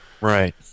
Right